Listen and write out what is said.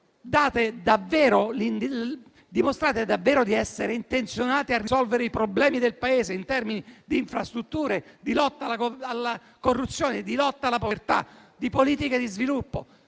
dimostrate davvero di essere intenzionati a risolvere i problemi del Paese in termini di infrastrutture, di lotta alla corruzione e alla povertà e di politiche di sviluppo.